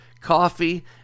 Coffee